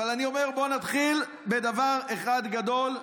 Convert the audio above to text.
אבל אני אומר, בואו נתחיל בדבר אחד גדול.